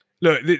look